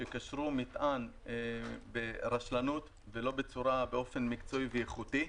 שקשרו מטען ברשלנות ולא באופן מקצועי ואיכותי.